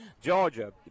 Georgia